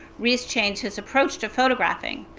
riis changed his approach to photographing.